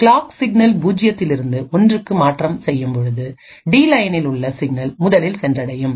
clock signal பூஜ்ஜியத்தில் இருந்து ஒன்றுக்கு மாற்றம் செய்யும் பொழுது டி லயனில் உள்ள சிக்னல் முதலில் சென்றடையும்